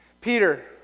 Peter